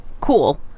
cool